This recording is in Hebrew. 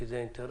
כי זה אינטרס,